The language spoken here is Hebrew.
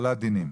החלת דינים.